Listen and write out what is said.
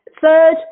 third